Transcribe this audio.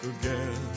again